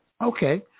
Okay